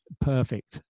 perfect